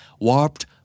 warped